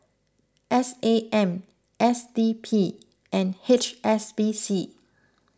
S A M S D P and H S B C